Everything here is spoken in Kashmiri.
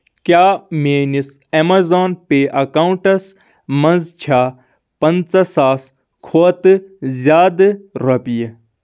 کیاہ میٲنِس ایٚمیزان پے اکاونٹَس منٛز چھا پنٛژہ ساس کھۄتہٕ زِیادٕ رۄپیہِ